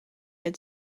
had